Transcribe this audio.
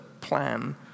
plan